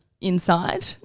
inside